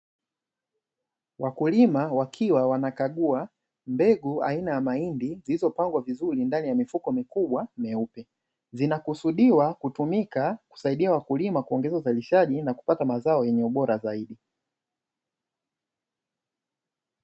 Wakulima wakiwa wanakagua mbegu aina ya mahindi, ilizopangwa vizuri ndani ya mifuko mikubwa myeupe, zinakusudiwa kutumika kusaidia wakulima kuongeza uzalishaji na kupata mazao yenye ubora zaidi.